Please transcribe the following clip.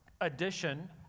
addition